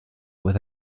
with